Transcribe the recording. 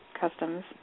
customs